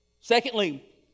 Secondly